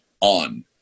on